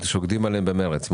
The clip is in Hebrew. שוקדים עליהן במרץ,